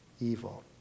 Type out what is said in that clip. evil